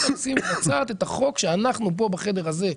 רשות המיסים מבצעת את החוק שאנחנו פה בחדר הזה,